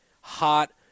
hot